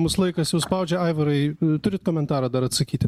mūsų laikas jau suspaudžia aivarai turite komentarą dar atsakyti